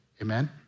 Amen